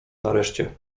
nareszcie